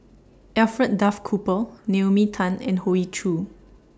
Alfred Duff Cooper Naomi Tan and Hoey Choo